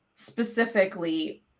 specifically